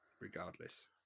regardless